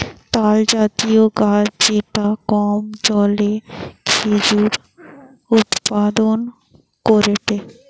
তালজাতীয় গাছ যেটা কম জলে খেজুর উৎপাদন করেটে